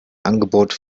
angebot